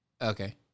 Okay